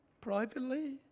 privately